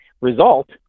result